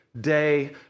day